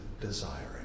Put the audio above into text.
desiring